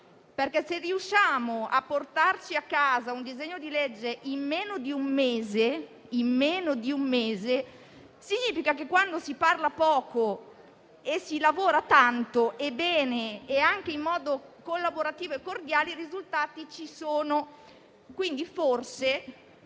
dire. Se riusciamo a portarci a casa un disegno di legge in meno di un mese significa che, quando si parla poco e si lavora tanto, bene in modo collaborativo e cordiale, i risultati ci sono.